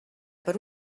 per